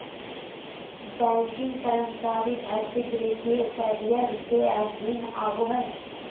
banking कर्मचारी भर्ती वित्तीय करियर के अधीन आबो हय